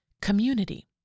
Community